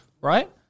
right